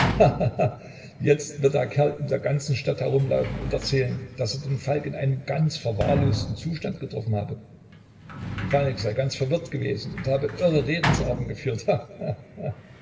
jetzt wird der kerl in der ganzen stadt herumlaufen und erzählen daß er falk in einem ganz verwahrlosten zustand getroffen habe falk sei ganz wirr gewesen und habe irre redensarten geführt